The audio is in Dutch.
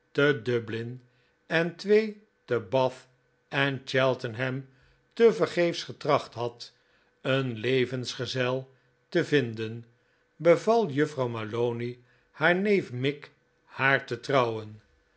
te dublin en twee te bath en cheltenham tevergeefs getracht had een levensgezel te vinden beval juffrouw malony haar neef mick haar te trouwen